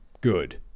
good